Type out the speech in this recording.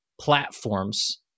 platforms